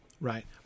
right